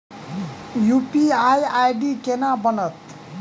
UPI ID केना बनतै?